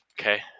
okay